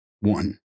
one